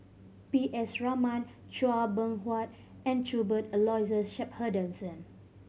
P S Raman Chua Beng Huat and Cuthbert Aloysius Shepherdson